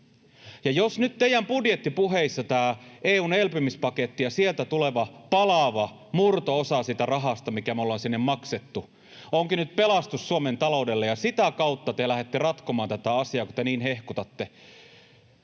jos nyt teidän budjettipuheissa tämä EU:n elpymispaketti ja sieltä palaava murto-osa siitä rahasta, mikä me ollaan sinne maksettu, onkin nyt pelastus Suomen taloudelle ja sitä kautta te lähdette ratkomaan tätä asiaa, kun te niin hehkutatte,